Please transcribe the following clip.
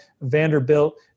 Vanderbilt